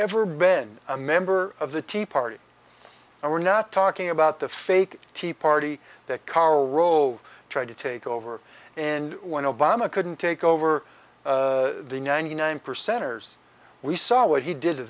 ever been a member of the tea party and we're not talking about the fake tea party that karl rove tried to take over and when obama couldn't take over the ninety nine percenters we saw what he did to